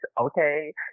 okay